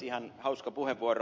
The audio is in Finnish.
ihan hauska puheenvuoro